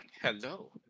Hello